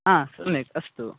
आ सम्यक् अस्तु